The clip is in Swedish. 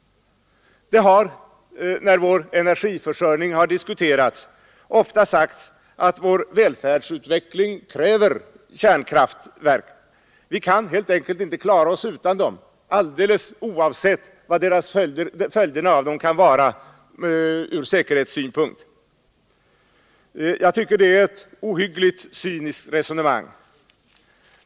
När vår energiförsörjning har diskuterats har det ofta sagts att vår välfärdsutveckling kräver kärnkraftverk. Vi kan helt enkelt inte klara oss utan dem, alldeles oavsett vad följderna av dem kan bli från säkerhetssynpunkt. Jag tycker det är ett ohyggligt cyniskt resonemang.